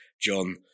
John